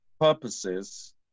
purposes